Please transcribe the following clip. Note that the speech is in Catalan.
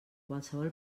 qualsevol